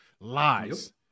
Lies